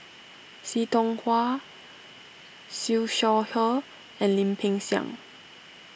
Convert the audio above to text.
See Tiong Wah Siew Shaw Her and Lim Peng Siang